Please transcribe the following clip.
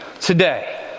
today